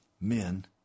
men